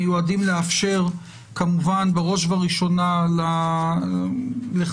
מיועדים לאפשר כמובן בראש וראשונה לחברי